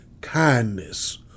kindness